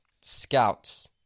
scouts